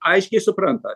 aiškiai supranta